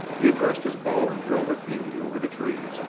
he addressed his ball, and drove a beauty over the trees.